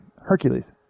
Hercules